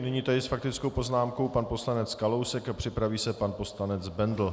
Nyní tedy s faktickou poznámkou pan poslanec Kalousek a připraví se pan poslanec Bendl.